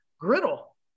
griddle